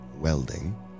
welding